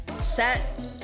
set